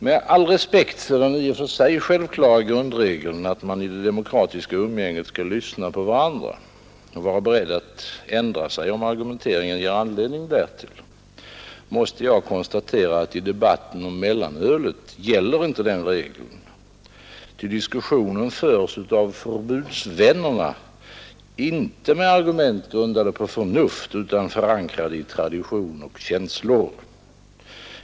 Med all respekt för den i och för sig självklara grundregeln, att man i det demokratiska umgänget skall lyssna på varandra och vara beredd att ändra sig, om argumenten ger anledning därtill, måste jag konstatera att i debatten om mellanölet gäller inte den regeln, ty diskussionen förs av förbudsvännerna, inte med argument grundade på förnuft utan förankrade i tradition och känslor.